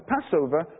Passover